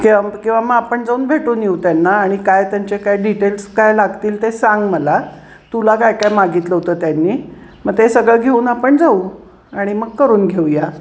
किंवा किंवा मग आपण जाऊन भेटून येऊ त्यांना आणि काय त्यांचे काय डिटेल्स काय लागतील ते सांग मला तुला काय काय मागितलं होतं त्यांनी मग ते सगळं घेऊन आपण जाऊ आणि मग करून घेऊया